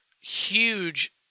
huge